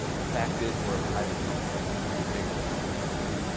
the fact is, we're a private company. we can take a long-term view,